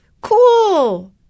cool